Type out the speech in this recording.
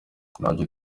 ntacyo